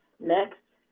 next.